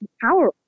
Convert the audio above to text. power